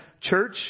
church